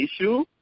issue